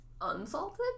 Unsalted